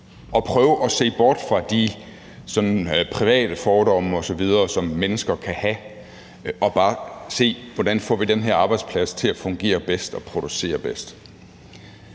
og prøve at se bort fra de sådan private fordomme osv., som mennesker kan have, og bare se, hvordan man får den her arbejdsplads til at fungere bedst og producere bedst.